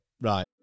Right